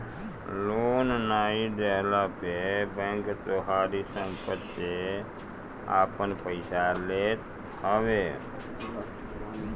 loan नाइ देहला पे बैंक तोहारी सम्पत्ति से आपन पईसा लेत हवे